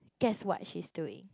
guess what she's doing